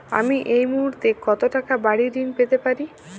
আমি এই মুহূর্তে কত টাকা বাড়ীর ঋণ পেতে পারি?